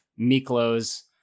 Miklo's